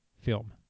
film